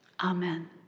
Amen